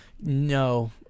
no